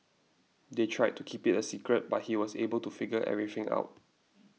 they tried to keep it a secret but he was able to figure everything out